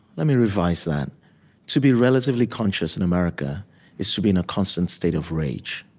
let me revise that to be relatively conscious in america is to be in a constant state of rage.